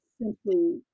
simply